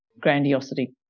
grandiosity